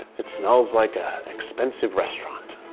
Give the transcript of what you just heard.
it smells like a expensive restaurant.